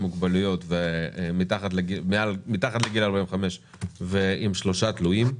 מוגבלויות ומתחת לגיל 45 עם שלושה תלויים.